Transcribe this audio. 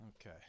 Okay